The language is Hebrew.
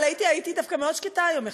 אבל הייתי דווקא מאוד שקטה היום יחסית.